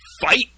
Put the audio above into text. fight